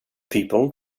people